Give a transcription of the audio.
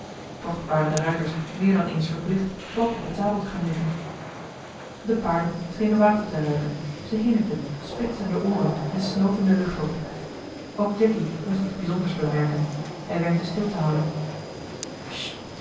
toch waren de ruiters meer dan eens verplicht plat op het zadel te gaan liggen de paarden schenen water te ruiken ze hinnikten spitsten de ooren en snoven de lucht op ook jacky moest iets bijzonders bemerken hij wenkte stil te houden